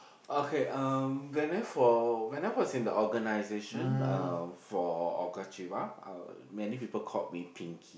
okay um when I for when I was in the organisation uh for uh many people called me pinky